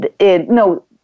no